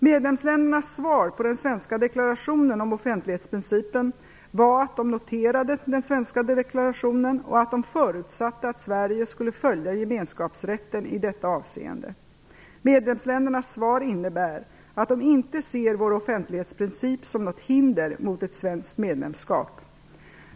Medlemsländernas svar på den svenska deklarationen om offentlighetsprincipen var att de noterade den svenska deklarationen och att de förutsatte att Sverige skulle följa gemenskapsrätten i detta avseende. Medlemsländernas svar innebär att de inte ser vår offentlighetsprincip som något hinder mot ett svenskt medlemskap.